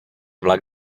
vlak